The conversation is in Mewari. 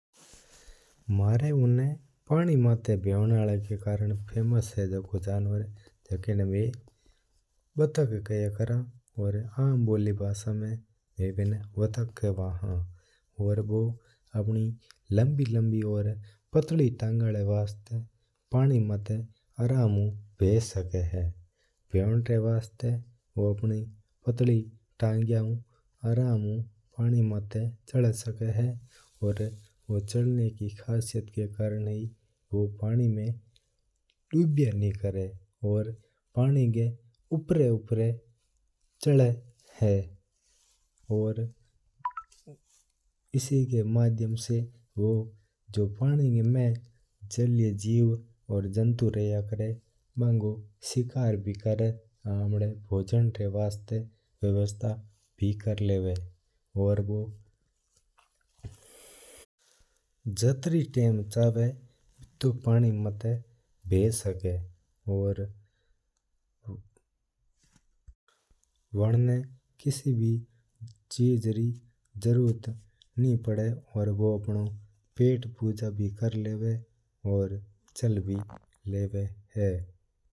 म्हारो आना पानी री माता बेवना आलो जानवर फेमस है जको है वटक और में आम भाषा में बिना बातक किया करा हाँ। बो आपणी लम्बी लम्बी और पतली पतली तंगा री वास्ता पानी री माता आराम सूं भी सके है। बेवना री वास्ता बू आपणी पतली तंगा ऊं पानी माता चल सके है। बू चलना का कशीयत का कारण ही बू डुबया कोन करा है। पानी का ऊपर ऊपर चला है और असी का माध्यम सा बू पानी का में जल्या जीव और जंतु होया करा है बाक्को सिकार भी करया करा है। बू आपणा भोजन री वास्ता खाना री भी व्यवस्था करर लेवा और बू जात्री टाइम बू चवा बितरी टाइम वो पानी का माता बा सके है।